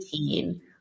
18